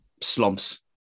slumps